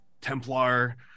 Templar